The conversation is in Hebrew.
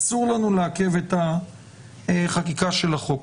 אסור לנו לעכב את החקיקה של החוק.